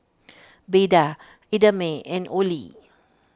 Beda Idamae and Olie